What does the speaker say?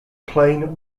plain